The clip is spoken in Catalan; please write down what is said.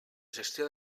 gestió